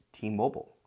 T-Mobile